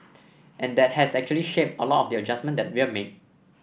and that has actually shaped a lot of the adjustments that we've made